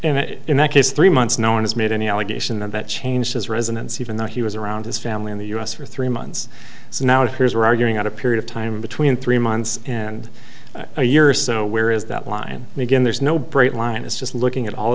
in that case three months no one has made any allegation of that change his residence even though he was around his family in the us for three months so now it appears we're arguing out a period of time between three months and a year or so where is that line and again there's no brake line it's just looking at all